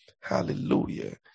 Hallelujah